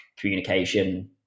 communication